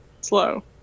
slow